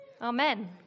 Amen